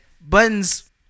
buttons